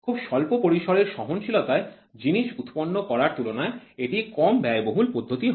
খুব স্বল্প পরিসরের সহনশীলতায় জিনিস উৎপন্ন করার তুলনায় এটি কম ব্যয় বহুল পদ্ধতি হবে